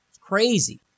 crazy